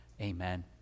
Amen